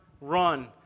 run